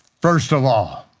first of all,